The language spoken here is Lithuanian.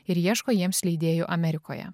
ir ieško jiems leidėjų amerikoje